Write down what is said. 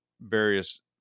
various